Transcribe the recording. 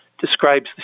describes